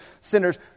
sinners